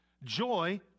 joy